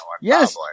Yes